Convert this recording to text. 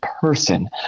person